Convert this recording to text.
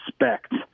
respect